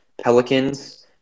Pelicans